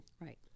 Right